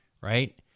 right